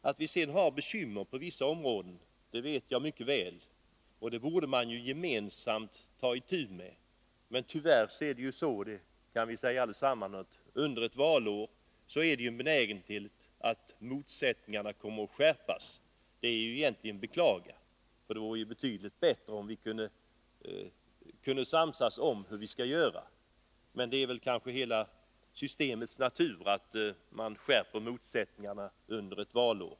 Att vi sedan har bekymmer på vissa områden vet jag mycket väl. De problemen borde man gemensamt ta itu med. Men tyvärr — det kan vi alla intyga — finns det under ett valår en benägenhet att motsättningarna skärps. Det är egentligen att beklaga, eftersom det ju vore betydligt bättre, om vi kunde samsas om hur vi skall agera. Men det ligger väl kanske i hela systemets natur att man skärper motsättningarna under ett valår.